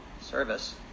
service